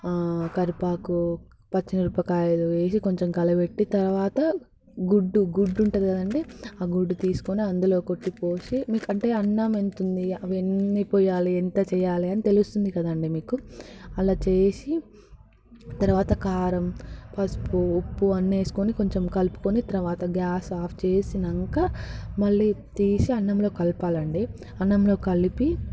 కరివేపాకు పచ్చిమిరపకాయలు వేసి కొంచెం కలబెట్టి తరువాత గుడ్డు గుడ్డు ఉంటుంది కదండీ ఆ గుడ్డు తీసుకొని అందులో కొట్టి పోసి మీకు అంటే అన్నం ఎంత ఉంది అవి ఎన్ని పోయాలి ఎంత చేయాలి అని తెలుస్తుంది కదండీ మీకు అలా చేసి తరువాత కారం పసుపు ఉప్పు అన్ని వేసుకొని కొంచెం కలుపుకొని తరువాత గ్యాస్ ఆఫ్ చేసాక మళ్ళీ తీసి అన్నంలో కలపాలి అండి అన్నంలో కలిపి